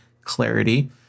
clarity